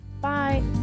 Bye